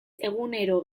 egunero